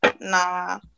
nah